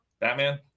Batman